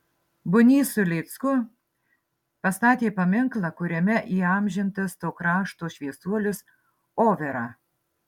bunys su lėcku pastatė paminklą kuriame įamžintas to krašto šviesuolis overa